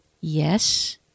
yes